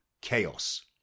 chaos